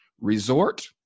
resort